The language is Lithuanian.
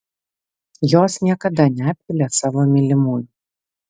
jos niekada neapvilia savo mylimųjų